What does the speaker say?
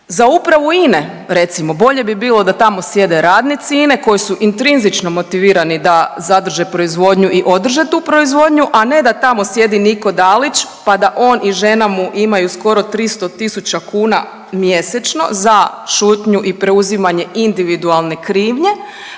Za Upravu INA-e, recimo, bolje bi bilo da tamo sjedne radnici INA-e koji su intrinzično motivirani da zadrže proizvodnju i održe tu proizvodnju, a ne da tamo sjedi Niko Dalić pa da on i žena mu imaju skoro 300 tisuća kuna mjesečno za šutnju i preuzimanje individualne krivnje.